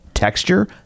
Texture